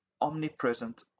omnipresent